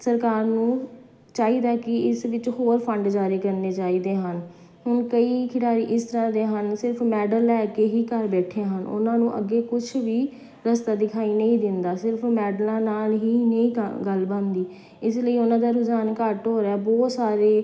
ਸਰਕਾਰ ਨੂੰ ਚਾਹੀਦਾ ਕੀ ਇਸ ਵਿੱਚ ਹੋਰ ਫੰਡ ਜਾਰੀ ਕਰਨੇ ਚਾਹੀਦੇ ਹਨ ਹੁਣ ਕਈ ਖਿਡਾਰੀ ਇਸ ਤਰ੍ਹਾਂ ਦੇ ਹਨ ਸਿਰਫ਼ ਮੈਡਲ ਲੈ ਕੇ ਹੀ ਘਰ ਬੈਠੇ ਹਨ ਉਹਨਾਂ ਨੂੰ ਅੱਗੇ ਕੁਛ ਵੀ ਰਸਤਾ ਦਿਖਾਈ ਨਹੀਂ ਦਿੰਦਾ ਸਿਰਫ਼ ਮੈਡਲਾਂ ਨਾਲ ਹੀ ਨਹੀਂ ਗਾ ਗੱਲ ਬਣਦੀ ਇਸ ਲਈ ਉਹਨਾਂ ਦਾ ਰੁਝਾਨ ਘੱਟ ਹੋ ਰਿਹਾ ਬਹੁਤ ਸਾਰੇ